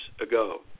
ago